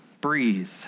breathe